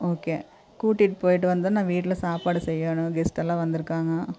okay கூட்டிட்டு போய்ட்டு வந்து நான் வீட்டில் சாப்பாடு செய்யணும் கெஸ்ட்டெல்லாம் வந்திருக்காங்க